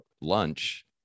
lunch